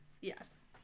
Yes